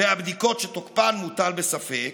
והבדיקות שתוקפן מוטל בספק,